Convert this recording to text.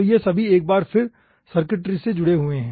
तो ये सभी एक बार फिर सर्किटरी से जुड़े हुए हैं